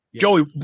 Joey